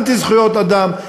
אנטי-זכויות-אדם,